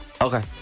Okay